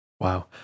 Wow